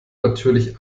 natürlich